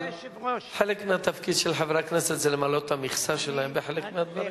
אבל חלק מהתפקיד של חברי הכנסת זה למלא את המכסה שלהם בחלק מהדברים.